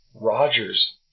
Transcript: Rodgers